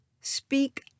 speak